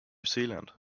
zealand